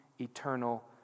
eternal